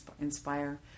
inspire